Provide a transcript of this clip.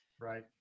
Right